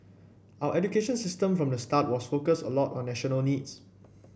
our education system from the start was focused a lot on national needs